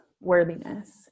worthiness